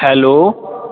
hello